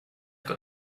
got